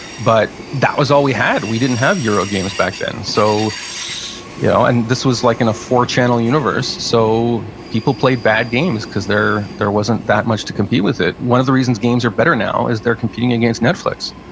but that was all we had. we didn't have eurogames back then. so you know and this was like in a four-channel universe, so people played bad games cause there wasn't that much to compete with it. one of the reasons games are better now is they're competing against netflix.